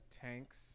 tanks